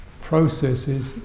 processes